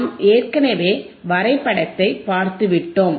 நாம் ஏற்கனவே வரைபடத்தை பார்த்துவிட்டோம்